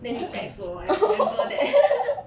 then 你 text 我 I remember that